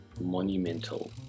monumental